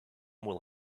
will